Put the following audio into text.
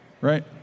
Right